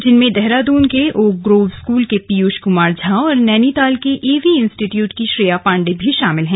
जिनमें देहरादून के Oak Grove School के पीयूष कुमार झा और नैनीताल के ए वी इंस्टीट्यूट की श्रेया पाण्डे भी शामिल हैं